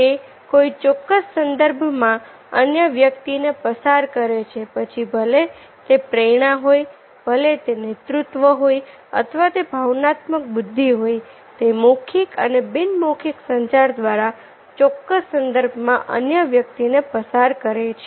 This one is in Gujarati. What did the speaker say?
તે કોઈ ચોક્કસ સંદર્ભમાં અન્ય વ્યક્તિને પસાર કરે છે પછી ભલે તે પ્રેરણા હોય ભલે તે નેતૃત્વ હોય અથવા તે ભાવનાત્મક બુદ્ધિ હોય તે મૌખિક અને બિન મૌખિક સંચાર દ્વારા ચોક્કસ સંદર્ભમાં અન્ય વ્યક્તિને પસાર કરે છે